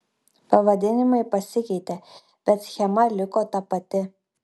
pavadinimai pasikeitė bet schema liko ta pati